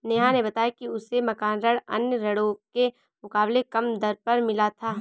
नेहा ने बताया कि उसे मकान ऋण अन्य ऋणों के मुकाबले कम दर पर मिला था